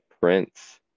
Prince